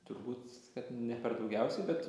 turbūt kad ne per daugiausiai bet